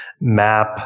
map